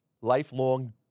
Lifelong